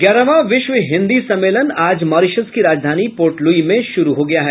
ग्यारहवां विश्व हिन्दी सम्मेलन आज मॉरिशस की राजधानी पोर्टलुई में शुरू हो गया है